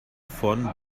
von